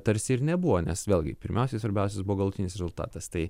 tarsi ir nebuvo nes vėlgi pirmiausiai svarbiausias buvo galutinis rezultatas tai